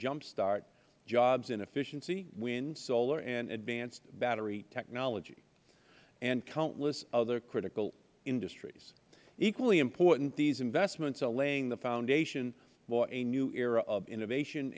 jump start jobs in efficiency wind solar advanced battery technology and countless other critical industries equally important these investments are laying the foundation for a new era of innovation